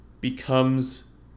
becomes